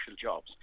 jobs